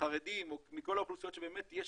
חרדים או מכל האוכלוסיות שבאמת יש